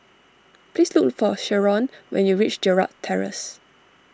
please look for Sheron when you reach Gerald Terrace